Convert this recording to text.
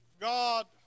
God